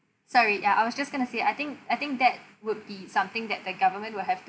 sorry ya I was just going to say I think I think that would be something that the government will have to